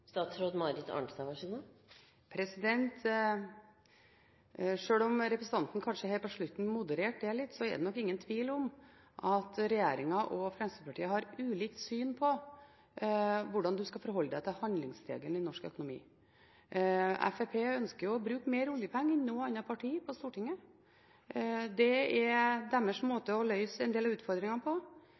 Sjøl om representanten kanskje helt på slutten modererte det litt, er det nok ingen tvil om at regjeringen og Fremskrittspartiet har ulikt syn på hvordan man skal forholde seg til handlingsregelen i norsk økonomi. Fremskrittspartiet ønsker jo å bruke mer oljepenger enn noe annet parti på Stortinget, det er deres måte å løse en del av utfordringene på.